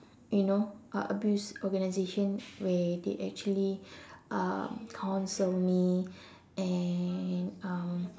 you know uh abuse organisation where they actually um counsel me and um